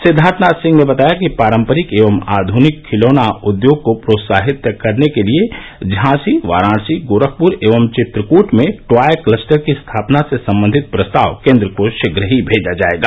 सिद्वार्थनाथ सिंह ने बताया कि पारम्परिक एवं आधुनिक खिलौना उद्योग को प्रोत्साहित करने के लिये झांसी वाराणसी गोरखपुर एवं चित्रकूट में ट्वाय कलस्टर की स्थापना से संबंधित प्रस्ताव केन्द्र को शीघ्र ही भेजा जायेगा